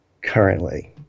currently